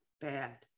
bad